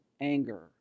anger